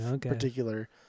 particular